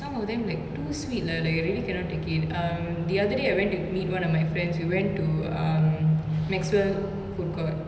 some of them like too sweet lah like I really cannot take it um the other day I went to meet one of my friends we went to um maxwell foodcourt